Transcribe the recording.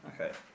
Okay